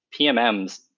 PMMs